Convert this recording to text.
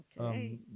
Okay